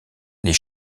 les